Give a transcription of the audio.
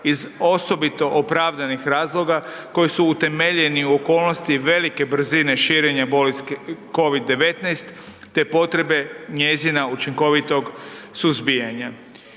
iz osobito opravdanih razloga koji su utemeljeni u okolnosti velike brzine širenja bolesti COVID-19, te potrebe njezina učinkovitog suzbijanja.